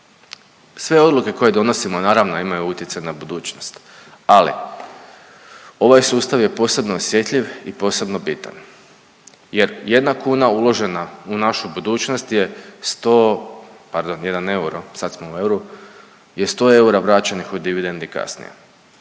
Sve odluke koje donosimo naravno imaju utjecaj na budućnost, ali ovaj sustav je posebno osjetljiv i posebno bitan jer jedna kuna uložena u našu budućnost je sto, pardon jedan